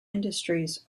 industries